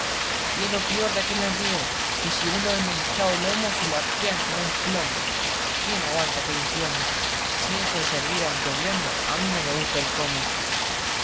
y es lo pior de aquel enriedo que si uno anda hinchando el lomo se le apean como un plomo quién aguanta aquel infierno si eso es servir al gobierno a mí no me gusta el cómo